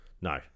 No